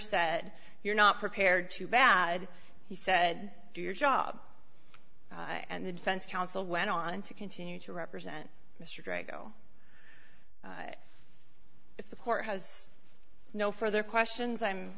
said you're not prepared to bad he said do your job and the defense counsel went on to continue to represent mr grego if the court has no further questions i'm